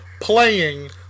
playing